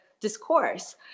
discourse